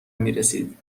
میرسید